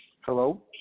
Hello